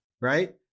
Right